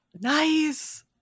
nice